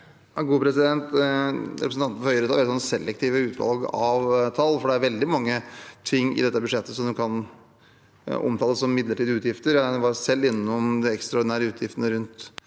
Re- presentanten fra Høyre har selektive utvalg av tall, for det er veldig mange ting i dette budsjettet som kan omtales som midlertidige utgifter. Jeg var selv innom de ekstraordinære utgiftene rundt